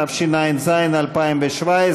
התשע"ז 2017,